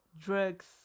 drugs